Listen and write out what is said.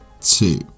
two